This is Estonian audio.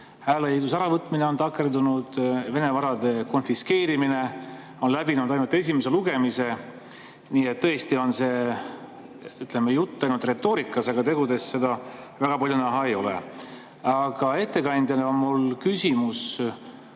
Hääleõiguse äravõtmine on takerdunud, Vene varade konfiskeerimine on läbinud ainult esimese lugemise. Nii et tõesti on see [kõik] ainult retoorika, aga tegudes seda väga palju näha ei ole. Aga ettekandjale on mul küsimus